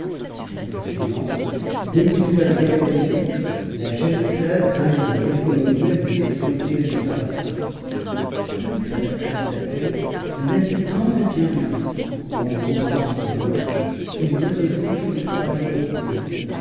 le jour suivant dès qu'il fut arrivé à sa boutique la jeune esclave vint lui dire que le meunier souhaitait de lui parler ma maîtresse ajouta-t-elle lui a dit tant de bien de vous en lui montrant votre ouvrage qu'il veut aussi que vous travailliez pour lui